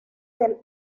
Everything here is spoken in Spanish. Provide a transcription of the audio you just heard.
del